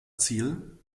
ziel